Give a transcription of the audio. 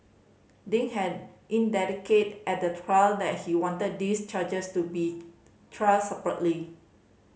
Ding had indicated at the trial that he wanted these charges to be tried separately